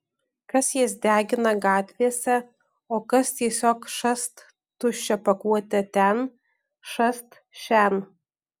kas jas degina gatvėse o kas tiesiog šast tuščią pakuotę ten šast šen